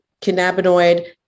cannabinoid